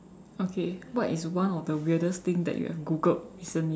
okay what is one of the weirdest thing that you have Googled recently